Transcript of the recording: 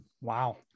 wow